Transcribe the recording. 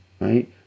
Right